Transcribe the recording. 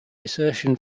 desertion